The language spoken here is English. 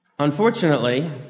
Unfortunately